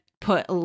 put